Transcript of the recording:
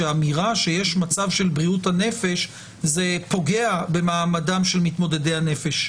אמירה שיש מצב של בריאות הנפש זה פוגע במעמדם של מתמודדי הנפש.